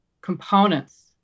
components